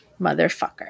Motherfucker